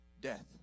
death